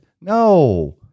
No